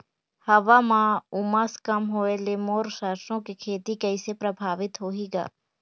हवा म उमस कम होए ले मोर सरसो के खेती कइसे प्रभावित होही ग?